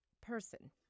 person